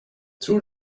tror